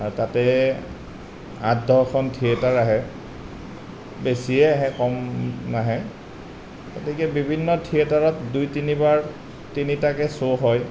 আৰু তাতে আঠ দহখন থিয়েটাৰ আহে বেছিয়ে আহে কম নাহে গতিকে বিভিন্ন থিয়েটাৰত দুই তিনিবাৰ তিনিটাকৈ শ্ব' হয়